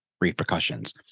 repercussions